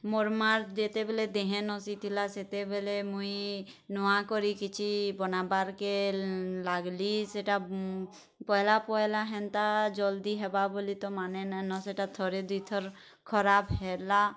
ମୋର୍ ମାଆର୍ ଯେତେବେଲେ ଦେହେଁ ନସିଥିଲା ସେତେବେଲେ ମୁଇଁ ନୂଆ କରି କିଛି ବନାବାର୍ କେ ଲାଗ୍ଲି ସେଟା ପହେଲା ପହେଲା ହେନ୍ତା ଜଲ୍ଦି ହେବା ବୋଲି ତ ମାନେ ନାଇଁନ ସେଟା ଥରେ ଦୁଇଥର୍ ଖରାପ୍ ହେଲା